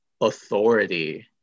authority